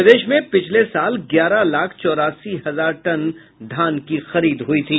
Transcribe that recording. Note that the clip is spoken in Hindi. प्रदेश में पिछले साल ग्यारह लाख चौरासी हजार टन धान की खरीद हुई थी